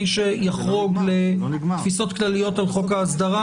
מי שיחרוג לתפיסות כלליות על חוק האסדרה